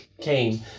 came